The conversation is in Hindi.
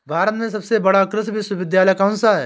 भारत में सबसे बड़ा कृषि विश्वविद्यालय कौनसा है?